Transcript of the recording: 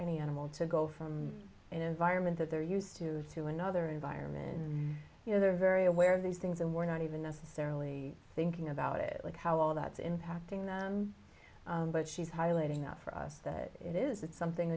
any animal to go from an environment that they're used to to another environment and you know they're very aware of these things and we're not even necessarily thinking about it like how all that's impacting them but she's highlighting that for us that it isn't something